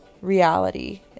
reality